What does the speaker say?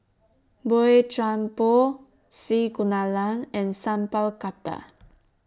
Boey Chuan Poh C Kunalan and Sat Pal Khattar